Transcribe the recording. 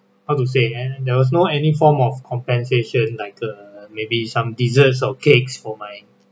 how to say and there was no any form of compensation like err maybe some desserts or cakes for my